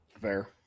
Fair